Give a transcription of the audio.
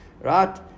right